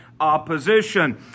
Opposition